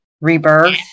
rebirth